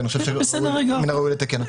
ומן הראוי לתקן.